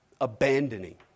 abandoning